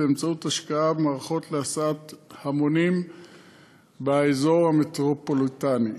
באמצעות השקעה במערכות להסעת המונים באזורים המטרופוליניים.